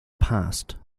past